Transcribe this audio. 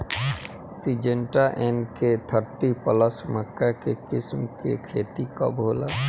Syngenta NK thirty plus मक्का के किस्म के खेती कब होला?